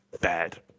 Bad